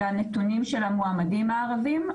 לנתונים של המועמדים הערבים,